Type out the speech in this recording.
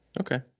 Okay